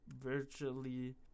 virtually